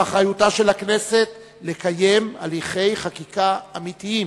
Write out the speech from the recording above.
באחריותה של הכנסת לקיים הליכי חקיקה אמיתיים,